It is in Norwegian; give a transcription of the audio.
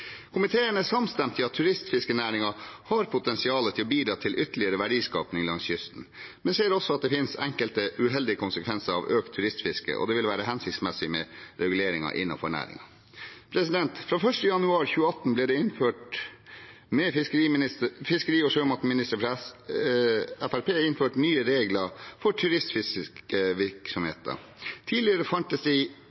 Komiteen er samstemt om at turistfiskenæringen har potensial til å bidra til ytterligere verdiskaping langs kysten, men ser også at det finnes enkelte uheldige konsekvenser av økt turistfiske, og at det vil være hensiktsmessig med reguleringer innenfor næringen. Fra 1. januar 2018 ble det, med fiskeri- og sjømatminister fra Fremskrittspartiet, innført nye regler for